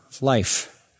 life